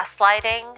gaslighting